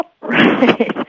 Right